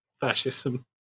fascism